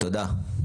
תודה.